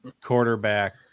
quarterback